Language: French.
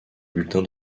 bulletin